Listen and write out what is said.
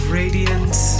radiance